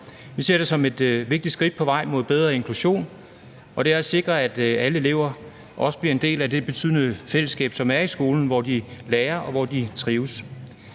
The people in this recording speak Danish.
Vi ser det som et vigtigt skridt på vej mod en bedre inklusion, og det er også at sikre, at alle elever bliver en del af det betydende fællesskab, som er i skolen, hvor de lærer, og hvor de trives.